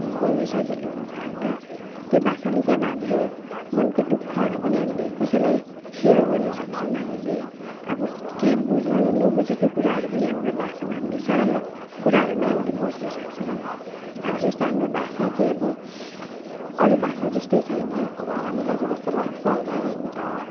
बोल्नु सजिलो हुन्छ होइन त्यो भाषाले चाहिँ अब हाम्रो मनको दुःखहरू पनि हामीले कसैलाई सेयर गर्नसक्छौँ हामीले अब केही बुझ्नु नबुझेको कुराहरू पनि हाम्रो भाषामा हामीले सरल कुराहरूमै हामीले बुझ्नसक्छौँ अब जस्तो हाम्रो भाषा चाहिँ अब अरू भाषा जस्तो छैन हामीलाई चाहिँ त्यस्तो लाग्छ होइन अन्त